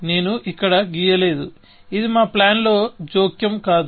నేను ఇక్కడ గీయలేదు ఇది మా ప్లాన్ లో జోక్యం కాదు